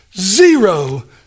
Zero